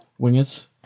wingers